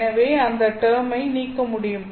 எனவே அந்த டெர்மை நீக்க முடியும்